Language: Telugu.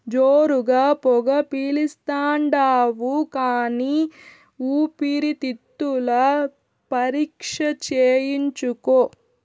జోరుగా పొగ పిలిస్తాండావు కానీ ఊపిరితిత్తుల పరీక్ష చేయించుకో